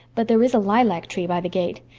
but there is a lilac tree by the gate,